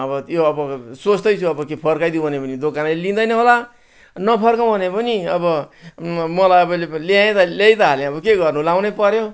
अब त्यो अब सोच्दैछु अब फर्काइदिउँ भने पनि दोकानेले लिँदैन होला नफर्काउँ भने पनि अब मलाई अब ल्याएँ त ल्याई त हालेँ अब के गर्नु लाउनै पर्यो